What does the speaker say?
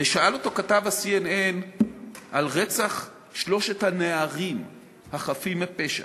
ושאל אותו כתב ה-CNN על רצח שלושת הנערים החפים מפשע,